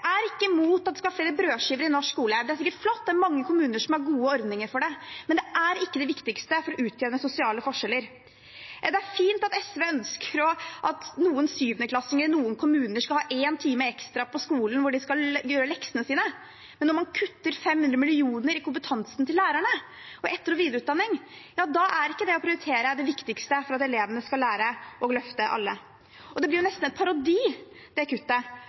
er ikke imot at det skal være flere brødskiver i norsk skole – det er sikkert flott, det er mange kommuner som har gode ordninger for det – men det er ikke det viktigste for å utjevne sosiale forskjeller. Det er fint at SV ønsker at noen 7.-klassinger i noen kommuner skal ha én time ekstra på skolen, der de skal gjøre leksene sine. Men når man kutter 500 mill. kr i kompetansen til lærerne, på etter- og videreutdanning, er ikke det å prioritere det viktigste for at elevene skal lære, og løfte alle. Det blir nesten en parodi på å være et kunnskapsparti når det kuttet